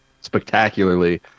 spectacularly